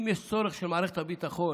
אם יש צורך של מערכת הביטחון,